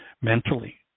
mentally